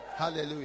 Hallelujah